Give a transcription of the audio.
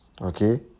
Okay